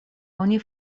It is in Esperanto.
oni